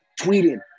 tweeting